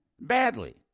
Badly